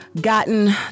gotten